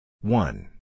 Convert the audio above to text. One